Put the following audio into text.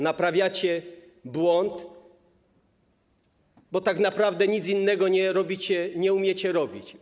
Naprawiacie błąd, bo tak naprawdę nic innego nie robicie, nie umiecie robić.